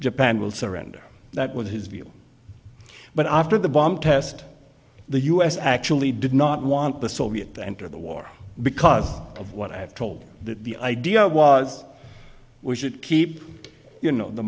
japan will surrender that was his view but after the bomb test the u s actually did not want the soviet to enter the war because of what i have told that the idea was we should keep you know the